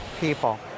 people